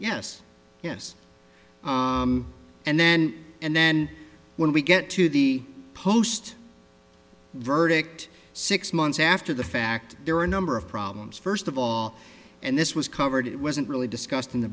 yes yes and then and then when we get to the post verdict six months after the fact there were a number of problems first of all and this was covered it wasn't really discussed in the